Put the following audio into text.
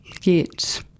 get